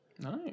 nice